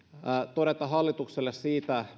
todeta hallitukselle siitä